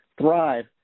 thrive